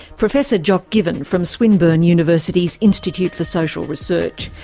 professor jock given, from swinburne university's institute for social research.